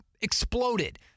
exploded